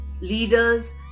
leaders